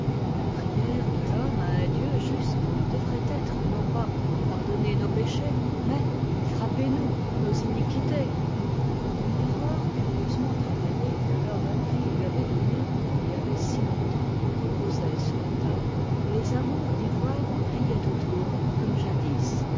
la prière de l'homme à un dieu juste devrait être non pas pardonnez-nous nos péchés mais frappez nous pour nos iniquités le miroir curieusement travaillé que lord henry lui avait donné il y avait si longtemps reposait sur la table et les amours d'ivoire riaient autour comme jadis